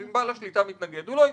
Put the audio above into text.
אם בעל השליטה מתנגד הוא לא ייבחר.